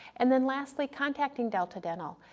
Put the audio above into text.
and then lastly, contacting delta dental,